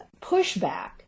pushback